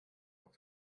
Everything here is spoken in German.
auch